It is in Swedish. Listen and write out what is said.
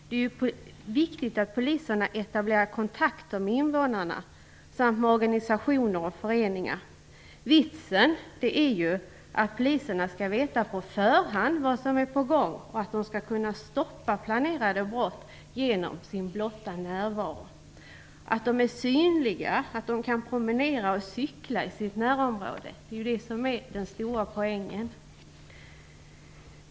Det är viktigt att poliserna etablerar kontakter med invånarna samt med organisationer och föreningar. Vitsen är ju att poliserna skall veta på förhand vad som är på gång och att de skall kunna stoppa planerade brott genom sin blotta närvaro. Att poliserna är synliga och att de kan promenera eller cykla i sitt närområde är ju det som är den stora poängen.